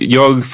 jag